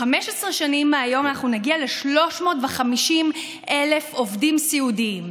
15 שנים מהיום נגיע ל-350,000 חולים סיעודיים.